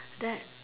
that